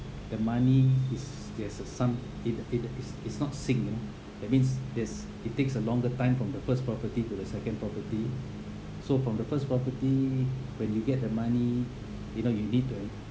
the money is there's a sum it it is is not sync ah that means there's it takes a longer time from the first property to the second property so from the first property when you get the money you know you need to